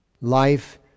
life